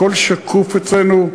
הכול שקוף אצלנו.